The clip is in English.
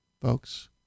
folks